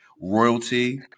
royalty